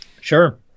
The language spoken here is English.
Sure